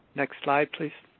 next slide, please.